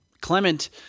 Clement